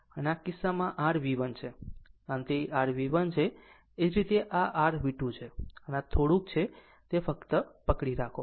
આમ આ કિસ્સામાં આ r V1 છે આ તે r V1 છે તે જ રીતે આ rV2 છે અને આ થોડુંક છે ફક્ત પકડી રાખો